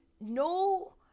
no